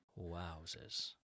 Wowzers